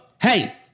hey